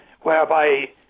whereby